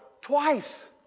Twice